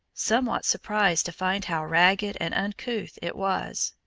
somewhat surprised to find how ragged and uncouth it was.